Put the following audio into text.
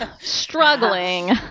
struggling